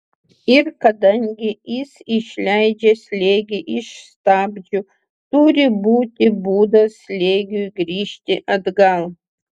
ir kadangi jis išleidžia slėgį iš stabdžių turi būti būdas slėgiui grįžti atgal